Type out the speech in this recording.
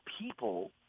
people –